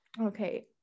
Okay